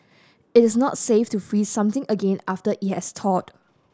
it is not safe to freeze something again after it has thawed